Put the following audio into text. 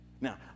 Now